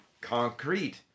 concrete